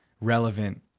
relevant